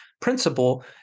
principle